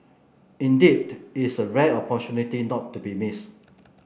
indeed it's a rare opportunity not to be missed